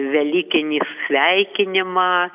velykinį sveikinimą